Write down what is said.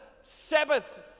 Sabbath